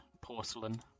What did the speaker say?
Porcelain